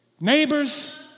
Neighbors